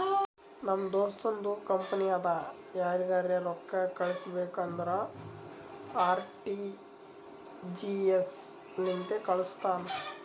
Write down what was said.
ನಮ್ ದೋಸ್ತುಂದು ಕಂಪನಿ ಅದಾ ಯಾರಿಗರೆ ರೊಕ್ಕಾ ಕಳುಸ್ಬೇಕ್ ಅಂದುರ್ ಆರ.ಟಿ.ಜಿ.ಎಸ್ ಲಿಂತೆ ಕಾಳುಸ್ತಾನ್